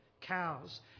cows